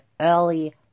early